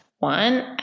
One